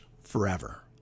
forever